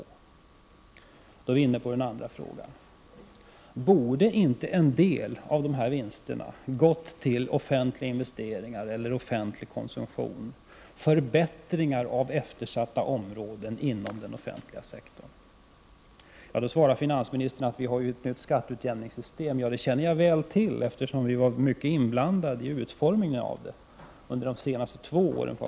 Jag kommer då in på den andra frågan: Borde inte en del av de här vinsterna ha använts för offentliga investeringar, offentlig konsumtion eller förbättringar av eftersatta områden inom den offentliga sektorn? På den frågan svarade finansministern att vi har ett nytt skatteutjämningssystem. Det systemet känner jag väl till, eftersom vi har varit mycket inblandade vid utformningen av det under de senaste två åren.